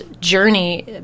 journey